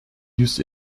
used